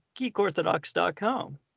geekorthodox.com